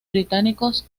británicos